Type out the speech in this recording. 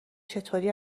چطوری